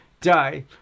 day